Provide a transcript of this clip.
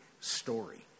story